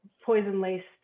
poison-laced